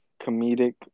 comedic